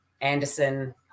Anderson